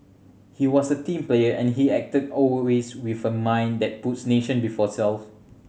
he was a team player and he acted always with a mind that puts nation before self